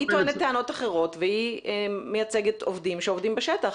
היא טוענת טענות אחרות והיא מייצגת עובדים שעובדים בשטח.